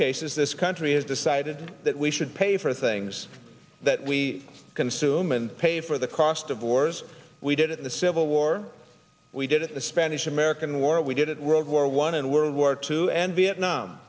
cases this country has decided that we should pay for things that we consume and pay for the cost of wars we did in the civil war we did it the spanish american war we did it world war one and world war two and vietnam